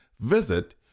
Visit